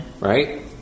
Right